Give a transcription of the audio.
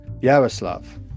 Yaroslav